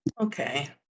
Okay